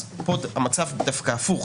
אז פה המצב דווקא הפוך.